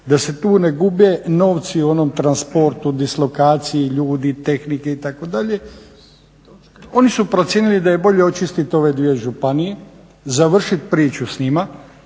da se tu ne gube novci u onom transportu, dislokaciji ljudi, tehnike, itd. Oni su procijenili da je bolje očistiti ove dvije županije, završiti priču s njima